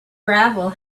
gravel